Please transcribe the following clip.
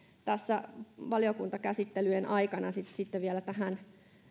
tässä valiokuntakäsittelyjen aikana vielä tähän